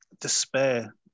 despair